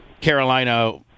Carolina